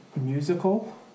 musical